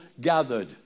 gathered